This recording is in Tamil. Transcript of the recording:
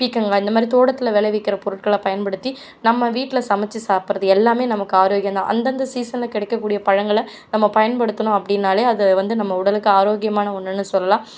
பீர்கங்கா இந்தமாதிரி தோட்டத்தில் விளைவிக்கிற பொருட்களை பயன்படுத்தி நம்ம வீட்டில் சமைத்து சாப்புடறது எல்லாமே நமக்கு ஆரோக்கியம் தான் அந்தந்த சீசனில் கிடைக்கக்கூடிய பழங்களை நம்ம பயன்படுத்தினோம் அப்படின்னாலே அது வந்து நம்ம உடலுக்கு ஆரோக்கியமான ஒன்றுன்னு சொல்லலாம்